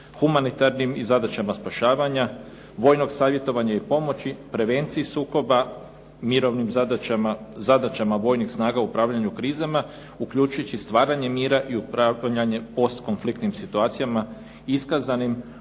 humanitarnim i zadaćama spašavanja, vojnog savjetovanja i pomoći, prevenciji sukoba, mirovnim zadaćama vojnih snaga upravljanju krizama uključujući stvaranje mira i upravljanje postkonfliktnim situacijama iskazanim u